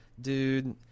dude